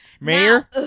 Mayor